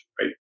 right